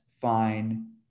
fine